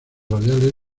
radiales